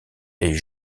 est